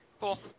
Cool